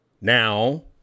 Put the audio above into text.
now